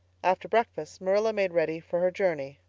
after breakfast marilla made ready for her journey.